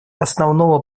основного